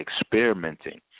experimenting